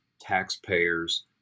taxpayers